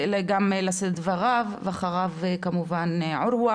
גם לשאת את דבריו ואחריו ערווה.